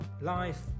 life